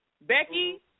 Becky